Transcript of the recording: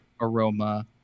aroma